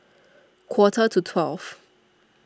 quarter to twelve